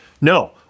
No